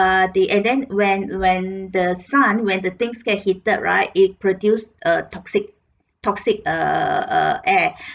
are the and then when when the sun when the things get heated right it produced uh toxic toxic err err err air